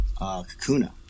Kakuna